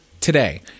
today